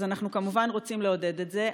אז אנחנו כמובן רוצים לעודד את זה,